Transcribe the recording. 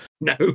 No